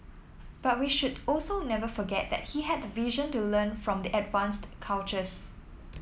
but we should also never forget that he had the vision to learn from the advanced cultures